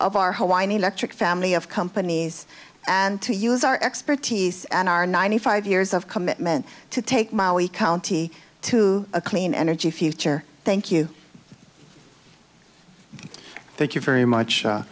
of our hawaiian electric family of companies and to use our expertise and our ninety five years of commitment to take my county to a clean energy future thank you thank you very much